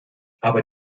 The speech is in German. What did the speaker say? aber